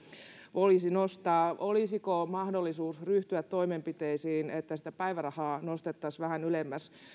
tulisi nostaa olisiko mahdollisuus ryhtyä toimenpiteisiin että sitä päivärahaa nostettaisiin vähän ylemmäs